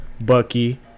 Bucky